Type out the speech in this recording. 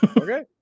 Okay